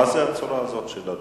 מה זה הצורה הזאת של ההתבטאות?